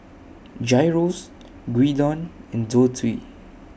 Gyros Gyudon and Zosui